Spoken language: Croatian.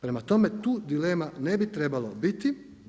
Prema tome, tu dilema ne bi trebalo biti.